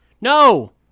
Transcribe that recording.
No